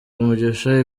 umugisha